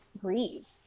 grieve